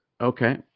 Okay